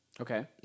Okay